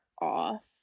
off